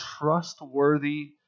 trustworthy